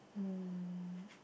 mm